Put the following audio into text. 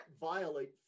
violate